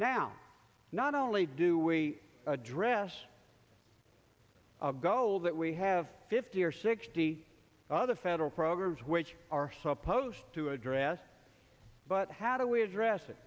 now not only do we address goals that we have fifty or sixty other federal programs which are supposed to address but how do we address it